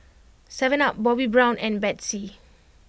Seven Up Bobbi Brown and Betsy